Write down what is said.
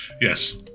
Yes